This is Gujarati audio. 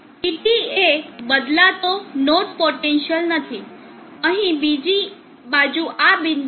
vT એ બદલાતો નોડ પોટેન્સિઅલ નથી અહીં બીજી બાજુ આ બિંદુ છે